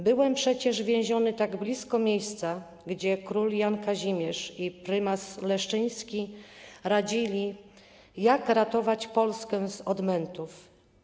Byłem przecież więziony tak blisko miejsca, gdzie król Jan Kazimierz i prymas Leszczyński radzili, jak ratować Polskę z odmętów”